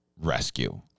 rescue